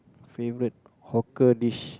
favourite hawker dish